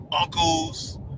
uncles